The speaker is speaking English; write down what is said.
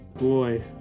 boy